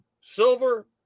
silver